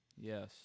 Yes